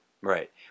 Right